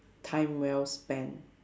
time well spend